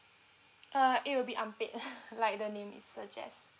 uh it will be unpaid like the name it suggest